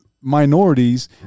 minorities